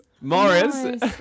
Morris